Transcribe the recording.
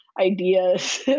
ideas